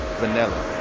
vanilla